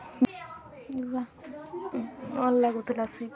भिंडी के बढ़िया खेती करे के तरीका का हे?